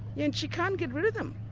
yeah and she can't get rid of them.